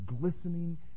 glistening